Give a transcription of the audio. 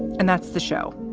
and that's the show.